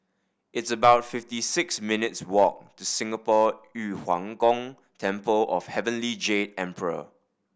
it's about fifty six minutes' walk to Singapore Yu Huang Gong Temple of Heavenly Jade Emperor